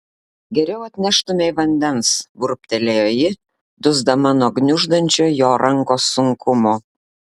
geriau atneštumei vandens burbtelėjo ji dusdama nuo gniuždančio jo rankos sunkumo